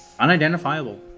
Unidentifiable